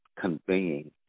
conveying